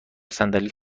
صندلی